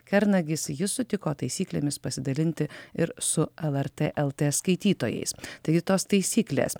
kernagis jis sutiko taisyklėmis pasidalinti ir su lrt lt skaitytojais taigi tos taisyklės